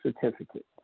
certificate